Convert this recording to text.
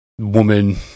woman